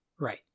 Right